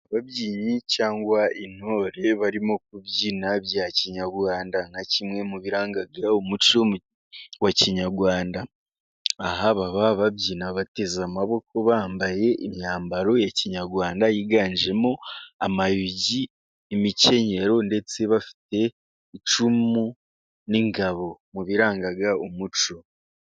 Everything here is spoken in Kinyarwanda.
Ababyinnyi cyangwa intore barimo kubyina bya kinyarwanda, nka kimwe mu biranga umuco wa kinyarwanda. Aha baba babyina bateze amaboko, bambaye imyambaro ya kinyarwanda yiganjemo amayugi, imikenyero, ndetse bafite icumu n'ingabo, mu biranga umuco.